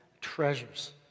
treasures